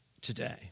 today